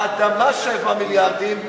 האדמה שווה מיליארדים,